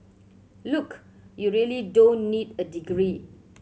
look you really don't need a degree